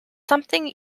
something